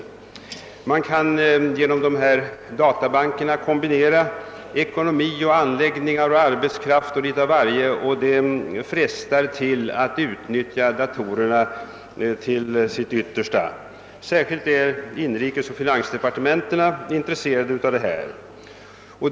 Man kan genom des sa databanker kombinera ekonomi, anläggningar, arbetskraft och litet av varje, och det frestar till att utnyttja datorerna till deras yttersta. Särskilt är inrikesoch finansdepartementen intresserade av datatekniken.